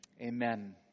Amen